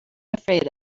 afraid